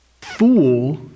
fool